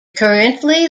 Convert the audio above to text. currently